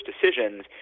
decisions